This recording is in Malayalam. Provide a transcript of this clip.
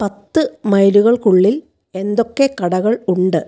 പത്ത് മൈലുകൾക്കുള്ളിൽ എന്തൊക്കെ കടകൾ ഉണ്ട്